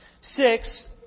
Six